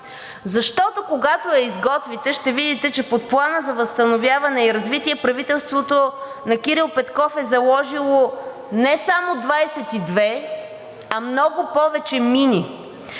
защото, когато я изготвите, ще видите, че под Плана за възстановяване и устойчивост правителството на Кирил Петков е заложило не само 22, а много повече мини.